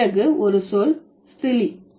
பிறகு ஒரு சொல் ஸ்லிதி